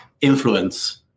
influence